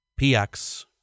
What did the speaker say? PX